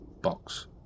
box